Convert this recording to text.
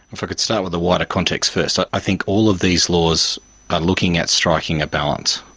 if i could start with the wider context first. i think all of these laws are looking at striking a balance,